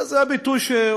זה הביטוי,